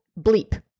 bleep